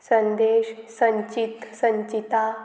संदेश संचीत संचिता